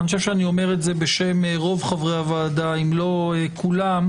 אני אומר זאת בשם רוב חברי הוועדה אם לא כולם,